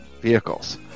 vehicles